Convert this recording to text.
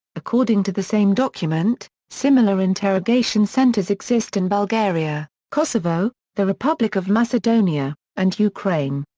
according to the same document, similar interrogation centers exist in bulgaria, kosovo, the republic of macedonia, and ukraine.